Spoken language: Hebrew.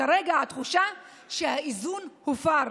כרגע התחושה היא שהאיזון הופר.